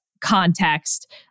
context